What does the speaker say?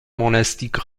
monastiques